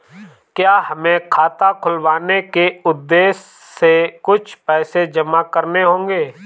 क्या हमें खाता खुलवाने के उद्देश्य से कुछ पैसे जमा करने होंगे?